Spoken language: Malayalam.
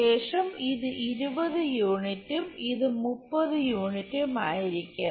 ശേഷം ഇത് 20 യൂണിറ്റും ഇത് 30 യൂണിറ്റും ആയിരിക്കും